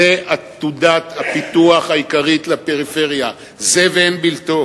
זו עתודת הפיתוח העיקרית לפריפריה, זה ואין בלתו.